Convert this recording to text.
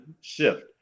shift